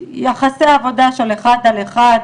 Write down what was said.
יחסי עבודה של אחד על אחד,